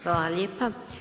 Hvala lijepa.